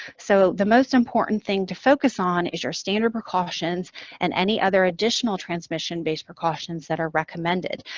so, the most important thing to focus on is your standard precautions and any other additional transmission-based precautions that are recommended.